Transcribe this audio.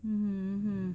um